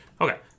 Okay